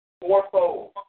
fourfold